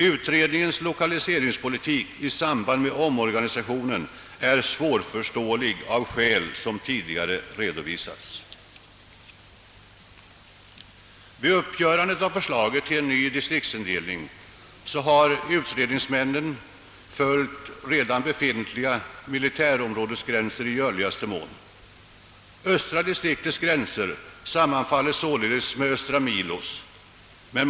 Utredningens lokaliseringspolitik i samband med omorganisationen är svårförståelig av skäl som tidigare redovisats. Vid uppgörandet av förslaget till ny distriktsindelning har utredningsmännen 1 görligaste mån följt redan befintliga militärområdesgränser. Östra distriktets gränser sammanfaller således med Östra milos gränser.